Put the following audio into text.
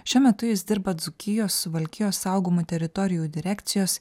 šiuo metu jis dirba dzūkijos suvalkijos saugomų teritorijų direkcijos